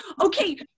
Okay